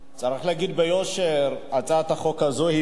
צריך להגיד ביושר שהצעת החוק הזאת באה